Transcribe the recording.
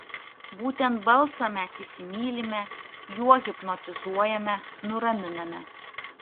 būtent balsą mes įsimylime juo hipnotizuojame nuraminame